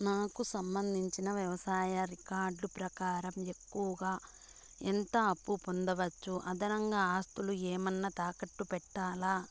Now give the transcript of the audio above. నాకు సంబంధించిన వ్యవసాయ రికార్డులు ప్రకారం ఎక్కువగా ఎంత అప్పు పొందొచ్చు, అదనంగా ఆస్తులు ఏమన్నా తాకట్టు పెట్టాలా?